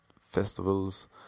festivals